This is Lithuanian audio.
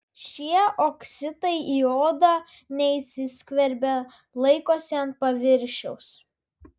šie oksidai į odą neįsiskverbia laikosi ant paviršiaus